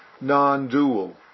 non-dual